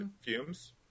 Fumes